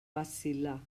vacil·lar